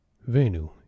Venu